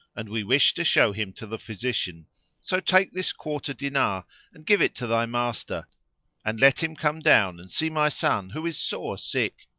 and we wish to show him to the physician so take this quarter dinar and give it to thy master and let him come down and see my son who is sore sick.